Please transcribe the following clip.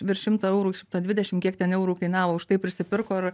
virš šimto eurų šimto dvidešimt kiek ten eurų kainavo už tai prisipirko ir